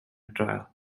trial